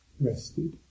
rested